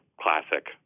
classic